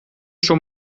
schon